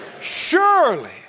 surely